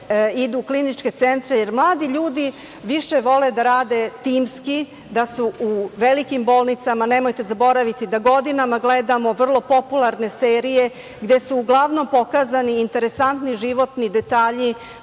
idu u kliničke centre, jer mladi ljudi više vole da rade timski, da su u velikim bolnicama. Nemojte zaboraviti da godinama gledamo vrlo popularne serije gde su uglavnom pokazani interesantni životni detalji